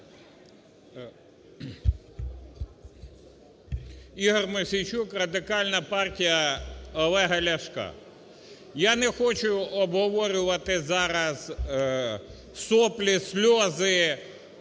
Ігор Мосійчук, Радикальна партія Олега Ляшка. Я не хочу обговорювати зараз "соплі, сльози"